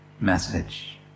message